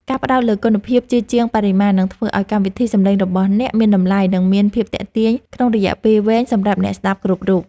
ការផ្តោតលើគុណភាពជាជាងបរិមាណនឹងធ្វើឱ្យកម្មវិធីសំឡេងរបស់អ្នកមានតម្លៃ និងមានភាពទាក់ទាញក្នុងរយៈពេលវែងសម្រាប់អ្នកស្តាប់គ្រប់រូប។